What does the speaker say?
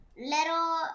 little